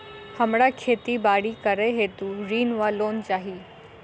हमरा खेती बाड़ी करै हेतु ऋण वा लोन चाहि?